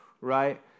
right